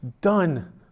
done